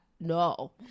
no